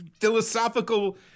philosophical